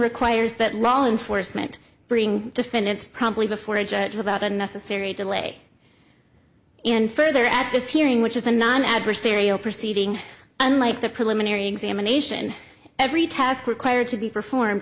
requires that law enforcement bring defendants promptly before a judge without unnecessary delay and further at this hearing which is a non adversarial proceeding unlike the preliminary examination every task required to be performed